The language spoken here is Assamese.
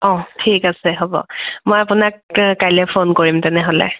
অঁহ ঠিক আছে হ'ব মই আপোনাক কাইলৈ ফোন কৰিম তেনেহ'লে